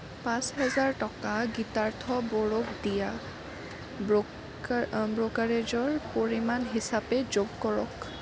পাঁচ হাজাৰ টকা গীতাৰ্থ বড়োক দিয়া ব্ৰ'কা ব্ৰ'কাৰেজৰ পৰিমাণ হিচাপে যোগ কৰক